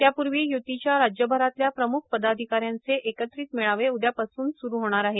त्यापूर्वी यूतीच्या राज्यभरातल्या प्रम्ख पदाधिकाऱ्यांचे एकत्रित मेळावे उद्यापासून होणार आहेत